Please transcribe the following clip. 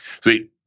See